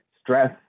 stress